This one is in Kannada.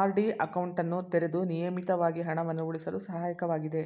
ಆರ್.ಡಿ ಅಕೌಂಟನ್ನು ತೆರೆದು ನಿಯಮಿತವಾಗಿ ಹಣವನ್ನು ಉಳಿಸಲು ಸಹಾಯಕವಾಗಿದೆ